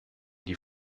die